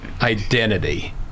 identity